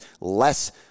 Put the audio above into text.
less